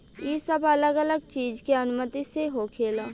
ई सब अलग अलग चीज के अनुमति से होखेला